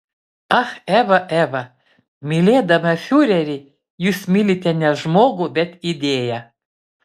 ak eva eva mylėdama fiurerį jūs mylite ne žmogų bet idėją